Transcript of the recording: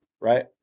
right